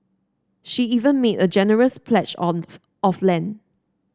she even made a generous pledge of of land